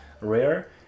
rare